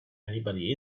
anybody